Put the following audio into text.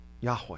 Yahweh